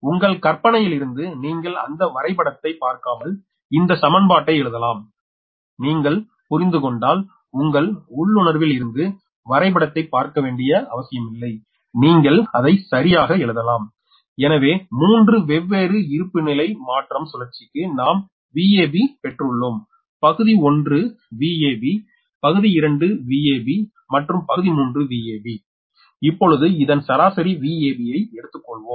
உங்கள் கற்பனையிலிருந்து நீங்கள் அந்த வரைபடத்தைப் பார்க்காமல் இந்த சமன்பாட்டை எழுதலாம் நீங்கள் புரிந்து கொண்டால் உங்கள் உள்ளுணர்விலிருந்து வரைபடத்தைப் பார்க்க வேண்டிய அவசியமில்லை நீங்கள் அதை சரியாக எழுதலாம் எனவே மூன்று வெவ்வேறு இருப்பிநிலை மாற்றம் சுழற்சிக்கு நாம் Vab பெற்றுள்ளோம் பகுதி 1 Vab பகுதி 2 Vab மற்றும் பகுதி 3 Vab இப்பொழுது இதன் சராசரி Vab ஐ எடுத்துக்கொள்வோம்